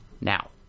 now